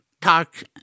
Talk